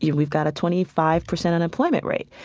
you know we've got a twenty five percent unemployment rate.